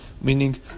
meaning